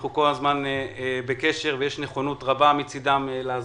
אנחנו כל הזמן בקשר ויש נכונות מצידם לעזור,